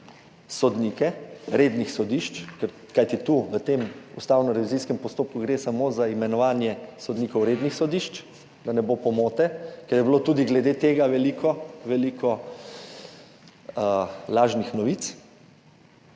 sodnike rednih sodišč, kajti v tem ustavnorevizijskem postopku gre samo za imenovanje sodnikov rednih sodišč, da ne bo pomote, ker je bilo tudi glede tega veliko lažnih novic.